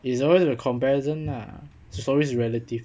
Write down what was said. it's always a comparison lah it's always relative